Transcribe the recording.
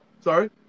Sorry